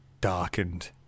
darkened